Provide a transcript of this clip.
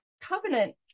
covenant